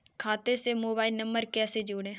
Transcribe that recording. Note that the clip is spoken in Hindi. खाते से मोबाइल नंबर कैसे जोड़ें?